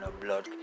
blood